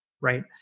right